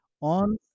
on